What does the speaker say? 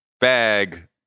bag